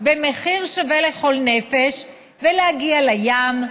במחיר שווה לכל נפש ולהגיע לים,